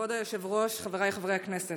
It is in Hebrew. כבוד היושב-ראש, חבריי חברי הכנסת,